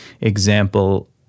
example